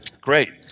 Great